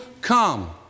come